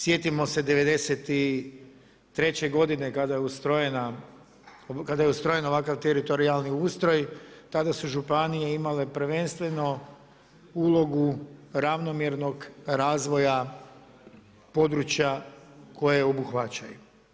Sjetimo se '93. godine kada je ustrojen ovakav teritorijalni ustroj, tada su županije imale prvenstveno ulogu ravnomjernog razvoja područja koja obuhvaćaju.